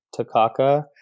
takaka